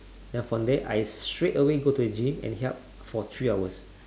then from there I straightaway go to the gym and for three hours